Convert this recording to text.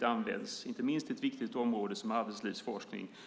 används effektiv, inte minst på ett viktigt område som arbetslivsforskning.